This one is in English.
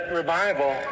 revival